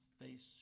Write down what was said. face